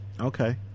okay